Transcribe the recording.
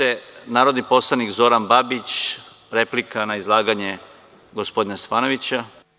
Reč ima narodni poslanik Zoran Babić, replika na izlaganje gospodina Stefanovića.